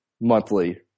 monthly